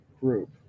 group